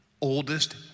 oldest